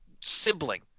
sibling